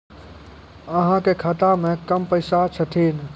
अहाँ के खाता मे कम पैसा छथिन?